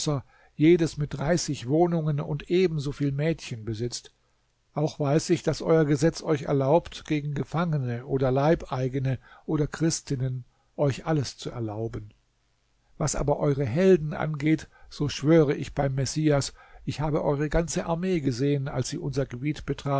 jedes mit dreißig wohnungen und ebensoviel mädchen besitzt auch weiß ich daß euer gesetz euch erlaubt gegen gefangene oder leibeigene oder christinnen euch alles zu erlauben was aber eure helden angeht so schwöre ich beim messias ich habe eure ganze armee gesehen als sie unser gebiet